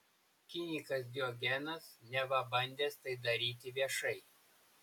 kinikas diogenas neva bandęs tai daryti viešai